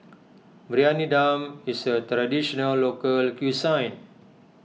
Briyani Dum is a Traditional Local Cuisine